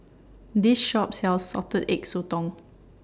This Shop sells Salted Egg Sotong